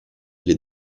les